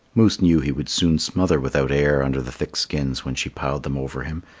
moose knew he would soon smother without air under the thick skins when she piled them over him,